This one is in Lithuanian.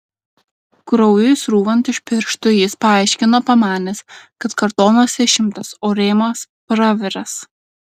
kraujui srūvant iš pirštų jis paaiškino pamanęs kad kartonas išimtas o rėmas praviras